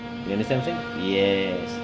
you understand what I'm saying yes